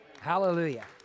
Hallelujah